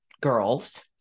girls